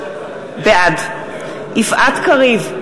בעד יפעת קריב,